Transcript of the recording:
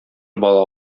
бала